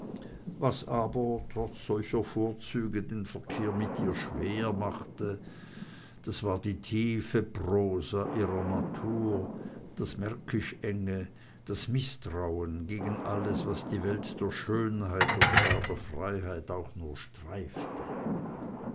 was aber trotz solcher vorzüge den verkehr mit ihr so schwer machte das war die tiefe prosa ihrer natur das märkisch enge das mißtrauen gegen alles was die welt der schönheit oder gar der freiheit auch nur streifte